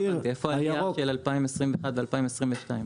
איפה העלייה של 2021 ו-2022?